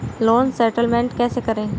Loan settlement कैसे करें?